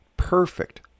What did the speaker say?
perfect